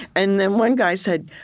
and then one guy said,